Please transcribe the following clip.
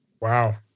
Wow